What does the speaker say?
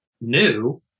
new